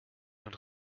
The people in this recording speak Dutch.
een